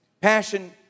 Passion